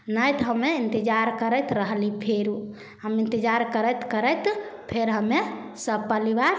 नहि तऽ हमे इन्तजार करैत रहली फेरो हम इन्तजार करैत करैत फेर हमे सभ परिवार